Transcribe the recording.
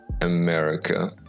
America